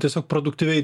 tiesiog produktyviai